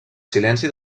silenci